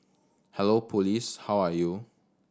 hello police how are you